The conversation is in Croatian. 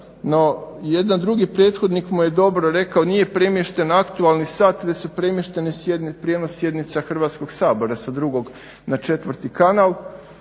jedan drugi prethodnik mu je dobro rekao, nije premješten aktualni sat već su premještene prijenos sjednica Hrvatskog sabora sa 2. na 4. kanal.